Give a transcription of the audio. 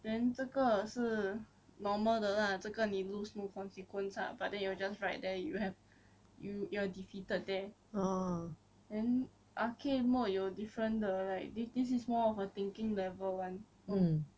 then 这个是 normal 的 lah 这个你 lose 没有 consequence lah but then you will just write there you have you you're defeated there then arcade mode 有 different 的 like this this is more of a thinking level [one]